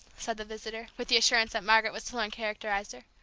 said the visitor, with the assurance that margaret was to learn characterized her.